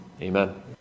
Amen